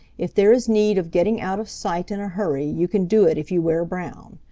if there is need of getting out of sight in a hurry you can do it if you wear brown.